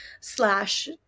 slash